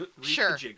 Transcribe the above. sure